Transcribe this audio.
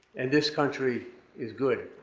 and this country is good.